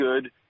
good